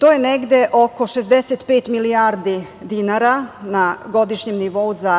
To je negde oko 65 milijardi dinara na godišnjem nivou za